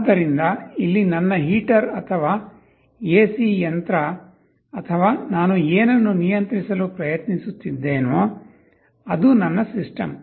ಆದ್ದರಿಂದ ಇಲ್ಲಿ ನನ್ನ ಹೀಟರ್ ಅಥವಾ ಎಸಿ ಯಂತ್ರ ಅಥವಾ ನಾನು ಏನನ್ನು ನಿಯಂತ್ರಿಸಲು ಪ್ರಯತ್ನಿಸುತ್ತಿದ್ದೇನೋ ಅದು ನನ್ನ ಸಿಸ್ಟಮ್